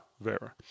Vera